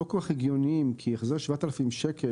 הנתונים לא כל כך הגיוניים כי החזר 7,000 שקל